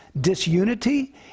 disunity